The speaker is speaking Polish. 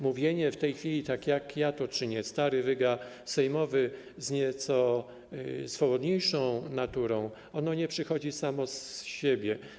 Mówienie w tej chwili tak jak ja to czynię, stary wyga sejmowy z nieco swobodniejszą naturą, nie przychodzi samo z siebie.